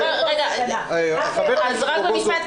רק עוד משפט,